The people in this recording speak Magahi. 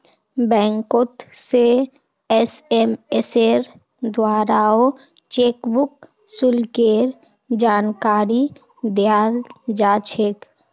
बैंकोत से एसएमएसेर द्वाराओ चेकबुक शुल्केर जानकारी दयाल जा छेक